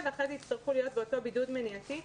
ואחרי זה יצטרכו להיות באותו בידוד מניעתי.